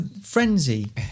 Frenzy